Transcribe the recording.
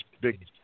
big